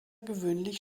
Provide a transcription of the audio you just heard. gewöhnlich